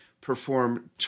perform